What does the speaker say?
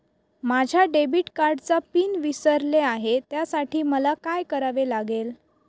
माझ्या डेबिट कार्डचा पिन विसरले आहे त्यासाठी मला काय करावे लागेल?